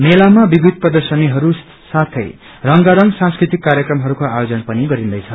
मेलामा विविध प्रर्दशनीहरू साथै रंगारंग सांस्कृतिक कार्यक्रमहरूको आयोजन पनि गरिन्दैछ